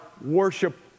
worship